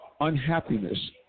unhappiness